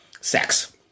sex